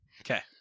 Okay